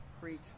preach